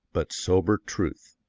but sober truth.